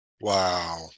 Wow